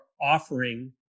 offering